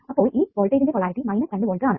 അപ്പോൾ ഈ വോൾട്ടേജ്ജിന്റെ പൊളാരിറ്റി 2 വോൾട്ട് ആണ്